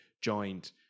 joined